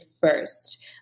first